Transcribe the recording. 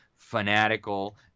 fanatical